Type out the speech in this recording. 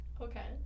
Okay